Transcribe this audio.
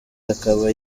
akaba